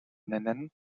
nennen